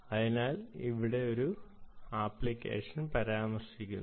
അതിനാൽ ഇവിടെ ഒരു അപ്ലിക്കേഷൻ പരാമർശിക്കുന്നു